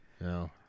No